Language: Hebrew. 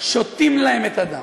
שותים להם את הדם.